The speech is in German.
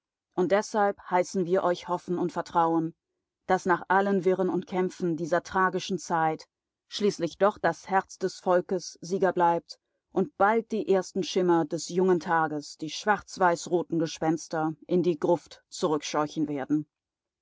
und deshalb heißen wir euch hoffen und vertrauen daß nach allen wirren und kämpfen dieser tragischen zeit schließlich doch das herz des volkes sieger bleibt und bald die ersten schimmer des jungen tages die schwarzweißroten gespenster in die gruft zurückscheuchen werden